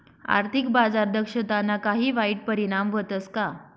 आर्थिक बाजार दक्षताना काही वाईट परिणाम व्हतस का